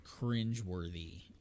cringeworthy